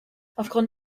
aufgrund